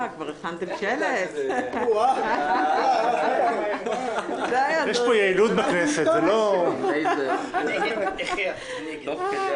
נקווה שתקופת כהונתה של הוועדה המסדרת תהיה קצרה ככל הניתן כדי